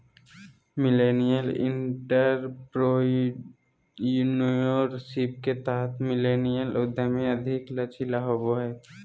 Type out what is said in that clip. millennial entrepreneurship के तहत millennial उधमी अधिक लचीला होबो हय